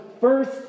first